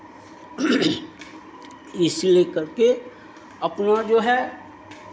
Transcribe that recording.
इसीलिए करके अपना जो है